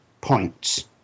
points